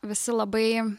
visi labai